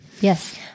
Yes